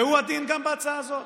והוא הדין גם בהצעה הזאת,